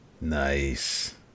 Nice